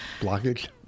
Blockage